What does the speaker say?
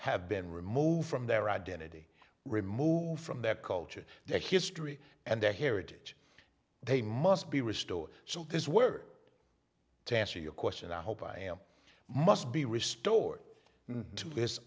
have been removed from their identity removed from their culture their history and their heritage they must be restored so this word to answer your question i hope i am must be restored to this